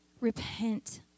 repent